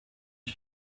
aho